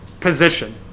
position